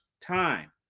time